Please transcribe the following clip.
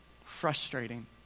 frustrating